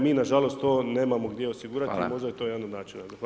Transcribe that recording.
Mi nažalost to nemamo gdje osigurati i možda je to jedan od načina.